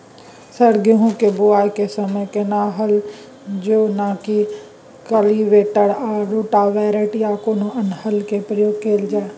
Sir गेहूं के बुआई के समय केना हल जेनाकी कल्टिवेटर आ रोटावेटर या कोनो अन्य हल के प्रयोग कैल जाए?